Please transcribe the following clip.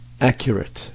accurate